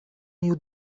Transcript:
new